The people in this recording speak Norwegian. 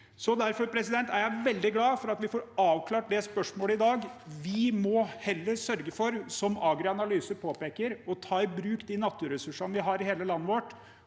Derfor er jeg veldig glad for at vi får avklart det spørsmålet i dag. Vi må heller sørge for, som AgriAnalyse påpeker, å ta i bruk de naturressursene vi har i hele landet vårt,